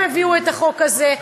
הם הביאו את החוק הזה,